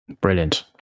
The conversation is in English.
Brilliant